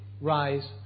rise